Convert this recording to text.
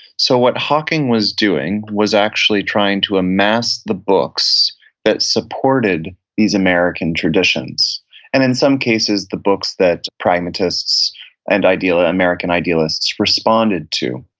so what hocking was doing was actually trying to amass the books that supported these american traditions and, in some cases, the books that pragmatists and american idealists responded to,